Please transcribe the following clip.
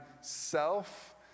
self